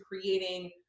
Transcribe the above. creating